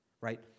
right